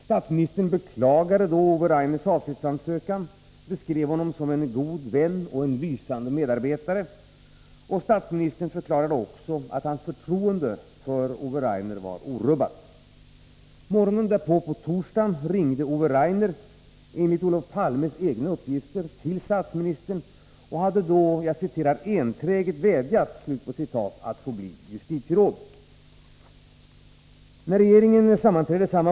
Statsministern beklagade då Ove Rainers avskedsansökan, beskrev honom som en god vän och en lysande medarbetare, och statsministern förklarade också att hans förtroende för Ove Rainer var orubbat. Morgonen därpå, på torsdagen, ringde Ove Rainer enligt Olof Palmes egna uppgifter till statsministern och hade då ”enträget vädjat” att få bli justitieråd. Vid sitt sammanträde kl.